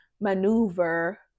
maneuver